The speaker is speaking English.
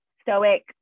stoic